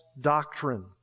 doctrine